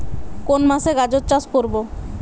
কোন মাসে গাজর চাষ করব?